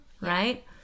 right